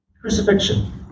Crucifixion